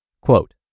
Quote